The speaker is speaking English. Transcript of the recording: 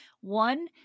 One